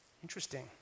Interesting